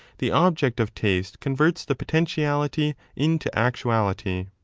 the object of taste converts the potentiality into actuality.